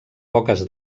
poques